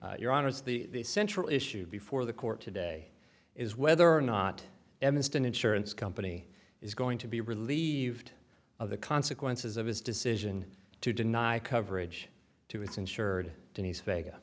your honour's the central issue before the court today is whether or not evanston insurance company is going to be relieved of the consequences of his decision to deny coverage to its insured denise vega